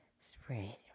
spread